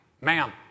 ma'am